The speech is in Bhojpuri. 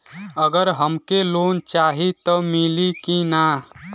अगर हमके लोन चाही त मिली की ना?